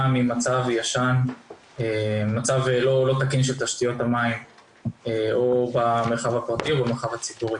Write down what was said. ממצב לא תקין של תשתיות המים או במרחב הפרטי או במרחב הציבורי.